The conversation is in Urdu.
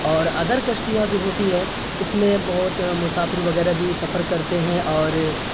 اور ادر کشتیاں جو ہوتی ہے اس میں بہت مسافر وغیرہ بھی سفر کرتے ہیں اور